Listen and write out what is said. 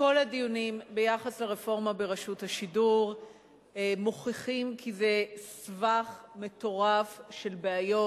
כל הדיונים על רפורמה ברשות השידור מוכיחים כי זה סבך מטורף של בעיות,